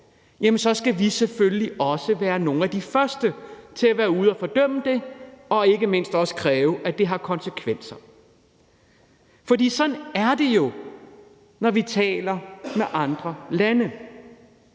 så skal vi selvfølgelig også være nogle af de første til at være ude at fordømme det og ikke mindst også kræve, at det har konsekvenser, for sådan er det jo, når vi taler med andre lande.